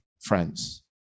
friends